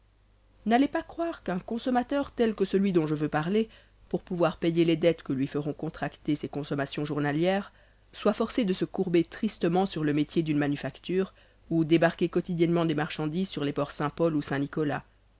n'allez pas croire qu'un consommateur tel que celui dont je veux parler pour pouvoir payer les dettes que lui feront contracter ses consommations journalières soit forcé de se courber tristement sur le métier d'une manufacture ou débarquer quotidiennement des marchandises sur les ports saint-paul ou saint-nicolas